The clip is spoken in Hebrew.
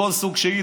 מכל סוג שהוא.